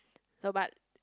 no but